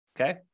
okay